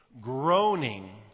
groaning